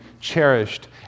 cherished